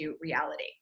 reality